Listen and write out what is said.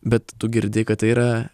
bet tu girdi kad tai yra